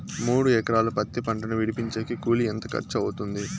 మూడు ఎకరాలు పత్తి పంటను విడిపించేకి కూలి ఎంత ఖర్చు అవుతుంది?